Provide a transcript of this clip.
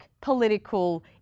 political